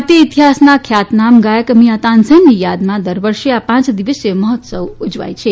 ભારતીય ઇતિહાસના ખ્યાતનામ ગાયક મિંયા તાનસેનની યાદમાં દર વર્ષે આ પાંચ દિવસીય મહોત્સવ ઉજવાય છે